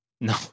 No